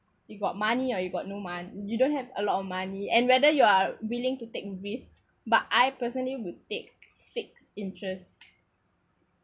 you got money or you got no mon~ you don't have a lot of money and whether you are willing to take risk but I personally would take fixed interest